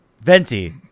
Venti